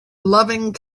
loving